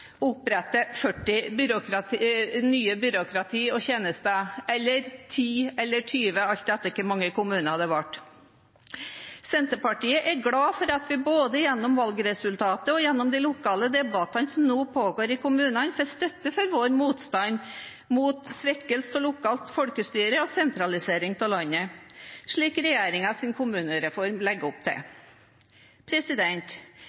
opprette 40 nye byråkrati og tjenester eller 10 eller 20, alt etter hvor mange kommuner det ble. Senterpartiet er glad for at vi både gjennom valgresultatet og gjennom de lokale debattene som nå pågår i kommunene, får støtte for vår motstand mot svekkelsen av lokalt folkestyre og en sentralisering av landet, slik regjeringens kommunereform legger opp til.